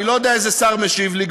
אני לא יודע איזה שר משיב לי.